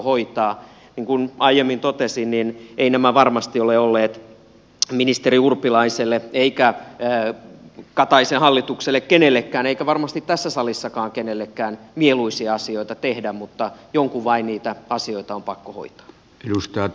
niin kuin aiemmin totesin niin eivät nämä varmasti ole olleet ministeri urpilaiselle eikä kataisen hallituksessa kenellekään eikä varmasti tässä salissakaan kenellekään mieluisia asioita tehdä mutta jonkun vain niitä asioita on pakko hoitaa